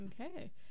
Okay